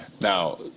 Now